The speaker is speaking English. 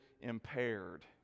impaired